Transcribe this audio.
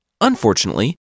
Unfortunately